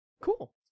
cool